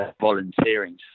volunteering